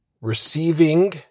receiving